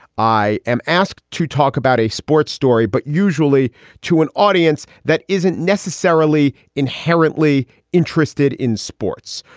i am asked to talk about a sports story, but usually to an audience that isn't necessarily inherently interested in sports.